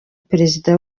perezida